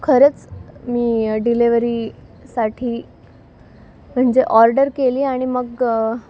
खरंच मी डिलेवरीसाठी म्हणजे ऑर्डर केली आणि मग